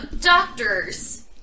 doctors